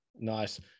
nice